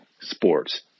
sports